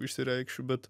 išsireikšiu bet